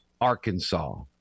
Arkansas